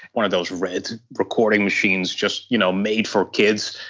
one of those red recording machines just you know made for kids,